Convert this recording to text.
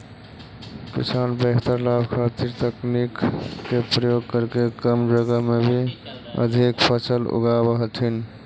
किसान बेहतर लाभ खातीर तकनीक के प्रयोग करके कम जगह में भी अधिक फसल उगाब हथिन